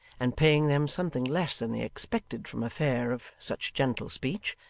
and paying them something less than they expected from a fare of such gentle speech,